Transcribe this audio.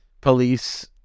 police